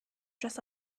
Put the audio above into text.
dress